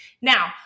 Now